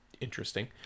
interesting